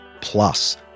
plus